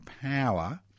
power